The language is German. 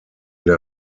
der